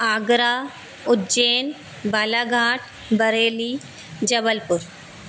Agra Ujjain Balaghat Bareilly Jabalpur